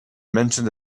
mentioned